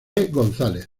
gonzález